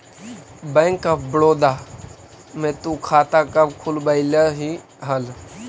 bank of Baroda में तु खाता कब खुलवैल्ही हल